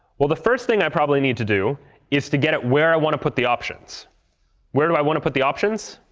well, the first thing i probably need to do is to get it where i want to put the options where do i want to put the options?